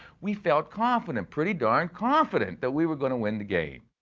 we felt confident pretty darn confident that we were gonna win the game.